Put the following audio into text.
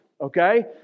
Okay